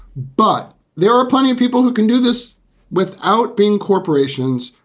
but there are plenty of people who can do this without being corporations,